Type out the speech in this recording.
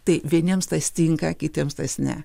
tai vieniems tas tinka kitiems tas ne